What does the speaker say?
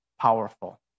powerful